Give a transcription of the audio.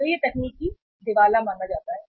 तो यह एक तकनीकी दिवाला माना जाता है